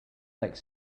like